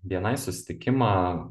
bni susitikimą